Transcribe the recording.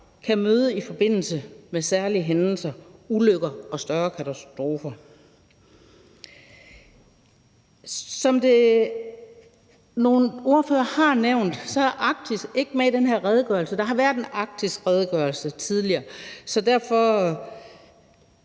kan møde i forbindelse med særlige hændelser, ulykker og større katastrofer. Som nogle ordførere har nævnt, er Arktis ikke med i den her redegørelse. Der har været en arktisk redegørelse tidligere, så derfor